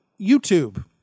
YouTube